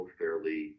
fairly